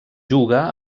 juga